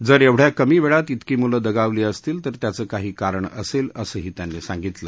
जर एवढ्या कमी वेळात तिकी मुले दगावली असतील तर त्याच काही कारण असेल असंही त्यांनी सांगितलं